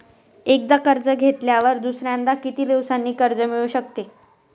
एकदा कर्ज घेतल्यावर दुसऱ्यांदा किती दिवसांनी कर्ज मिळू शकते?